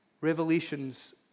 revelations